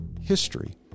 history